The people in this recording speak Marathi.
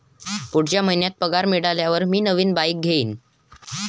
पुढच्या महिन्यात पगार मिळाल्यावर मी नवीन बाईक घेईन